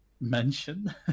mention